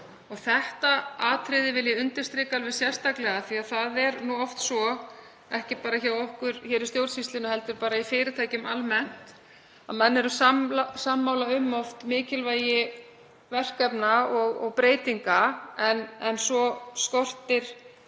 Þetta atriði vil ég undirstrika alveg sérstaklega af því að það er oft svo, ekki bara hjá okkur í stjórnsýslunni heldur í fyrirtækjum almennt, að menn eru sammála um mikilvægi verkefna og breytinga en svo skortir oft upp